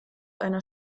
einer